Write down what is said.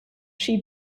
she